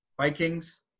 Vikings